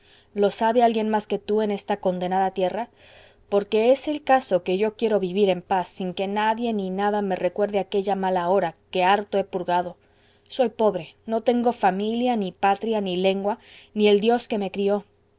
lo sabe alguien más que tú en esta condenada tierra porque es el caso que yo quiero vivir en paz sin que nadie ni nada me recuerde aquella mala hora que harto he purgado soy pobre no tengo familia ni patria ni lengua ni el dios que me crió